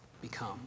become